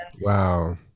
Wow